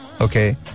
Okay